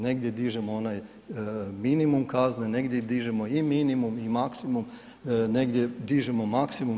Negdje dižemo onaj minimum kazne, negdje dižemo i minimum i maksimum, negdje dižemo maksimum.